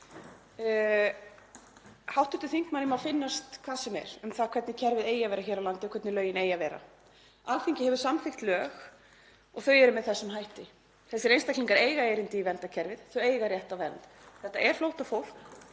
Hv. þingmanni má finnast hvað sem er um það hvernig kerfið eigi að vera hér á landi og hvernig lögin eigi að vera. Alþingi hefur samþykkt lög og þau eru með þessum hætti. Þessir einstaklingar eiga erindi í verndarkerfið, þau eiga rétt á vernd. Þetta er flóttafólk